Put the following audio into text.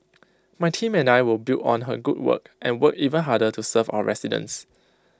my team and I will build on her good work and work even harder to serve our residents